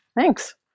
Thanks